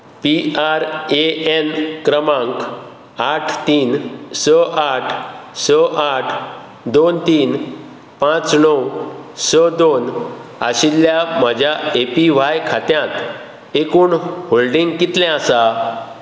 P R A N क्रमांक आठ तीन स आठ स आठ दोन तीन पांच णव स दोन आशिल्ल्या म्हज्या ए पी व्हाय खात्यांत एकुण होल्डिंग कितलें आसा